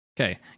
Okay